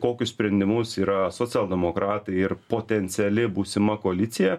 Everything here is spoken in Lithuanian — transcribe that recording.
kokius sprendimus yra socialdemokratai ir potenciali būsima koalicija